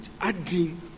adding